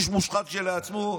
איש מושחת כשלעצמו,